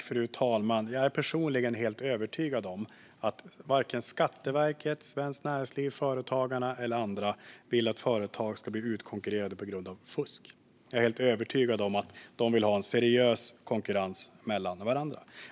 Fru talman! Jag är personligen helt övertygad om att varken Skatteverket, Svenskt Näringsliv, Företagarna eller andra vill att företag ska bli utkonkurrerade på grund av fusk. Jag är helt övertygad om att de vill ha en seriös konkurrens mellan företagen.